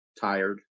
tired